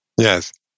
Yes